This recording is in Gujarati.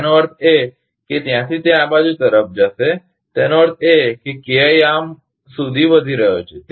તેનો અર્થ એ કે ત્યાંથી તે આ બાજુ તરફ જશે તેનો અર્થ એ કે KI આ સુધી વધી રહ્યો છે